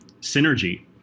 synergy